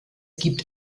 gibt